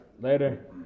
Later